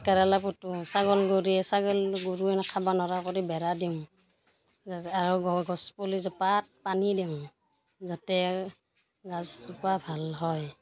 কেৰেলা পুতোঁ ছাগল গৰুৱে ছাগল গৰুৱে খাবা নৰা কৰি বেৰা দিওঁ যাতে আৰু গছ পুলিজোপাত পানী দিওঁ যাতে গাছজোপা ভাল হয়